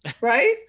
right